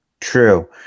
true